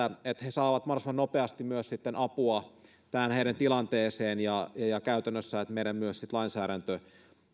saavat mahdollisimman nopeasti myös apua tähän heidän tilanteeseensa ja että myös käytännössä meidän lainsäädäntömme sitten